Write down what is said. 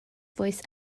voice